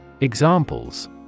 Examples